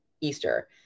Easter